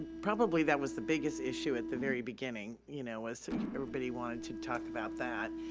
probably that was the biggest issue at the very beginning, you know was everybody wanted to talk about that.